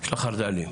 של החרד"לים,